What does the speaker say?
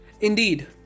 Indeed